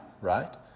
right